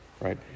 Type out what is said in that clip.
Right